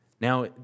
Now